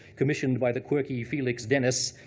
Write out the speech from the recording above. commissioned by the quirky felix dennis,